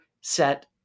set